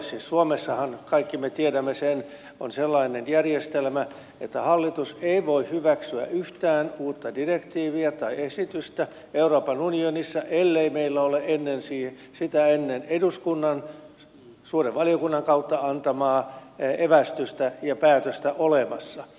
siis suomessahan kaikki me tiedämme sen on sellainen järjestelmä että hallitus ei voi hyväksyä yhtään uutta direktiiviä tai esitystä euroopan unionissa ellei meillä ole sitä ennen eduskunnan suuren valiokunnan kautta antamaa evästystä ja päätöstä olemassa